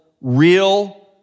real